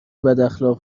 بداخلاق